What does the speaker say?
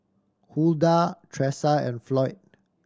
Huldah Tresa and Floyd